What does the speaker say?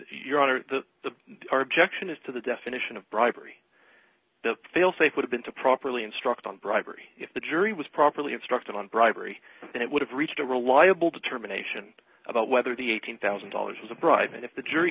your honor that the objection is to the definition of bribery the failsafe would have been to properly instruct on bribery if the jury was properly instructed on bribery and it would have reached a reliable determination about whether the eighteen thousand dollars was a bribe and if the jury